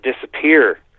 disappear